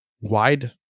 wide